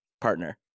partner